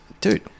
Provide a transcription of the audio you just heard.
Dude